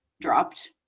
dropped